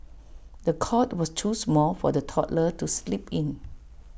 the cot was too small for the toddler to sleep in